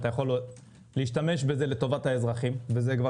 אתה יכול להשתמש בזה לטבת האזרחים - וכבר